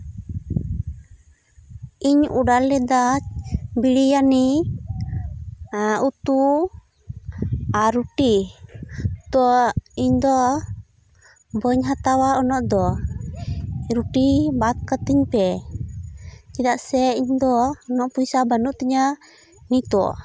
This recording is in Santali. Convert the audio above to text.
ᱤᱧ ᱚᱰᱟᱨ ᱞᱮᱫᱫᱟ ᱵᱨᱤᱭᱟᱱᱤ ᱩᱛᱩ ᱟᱨ ᱨᱩᱴᱤ ᱛᱚ ᱤᱧᱫᱚ ᱵᱟᱹᱧ ᱦᱟᱛᱟᱣᱟ ᱩᱱᱟᱹᱜ ᱫᱚ ᱨᱩᱴᱤ ᱵᱟᱫ ᱠᱟᱛᱤᱧ ᱯᱮ ᱪᱮᱫᱟᱜᱥᱮ ᱤᱧ ᱫᱚ ᱩᱱᱟᱹᱜ ᱯᱚᱭᱥᱟ ᱵᱟᱹᱱᱩᱜ ᱛᱤᱧᱟᱹ ᱱᱤᱛᱚᱜ